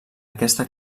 aquesta